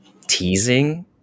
teasing